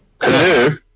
Hello